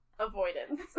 avoidance